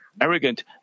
arrogant